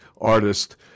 artist